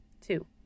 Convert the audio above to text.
two